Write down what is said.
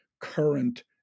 current